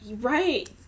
right